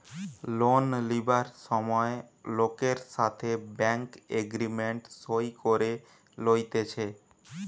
loan লিবার সময় লোকের সাথে ব্যাঙ্ক এগ্রিমেন্ট সই করে লইতেছে